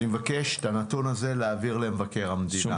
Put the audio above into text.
אני מבקש את הנתון הזה להעביר למבקר המדינה.